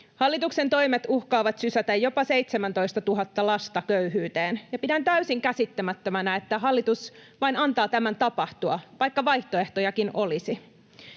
Hallituksen toimet uhkaavat sysätä jopa 17 000 lasta köyhyyteen. Pidän täysin käsittämättömänä, että hallitus vain antaa tämän tapahtua, vaikka vaihtoehtojakin olisi.